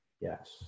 Yes